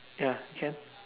ya can